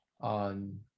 on